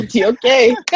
Okay